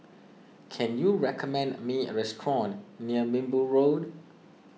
can you recommend me a restaurant near Minbu Road